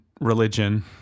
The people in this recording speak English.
religion